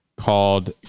called